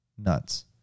nuts